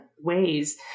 ways